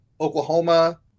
oklahoma